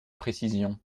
précision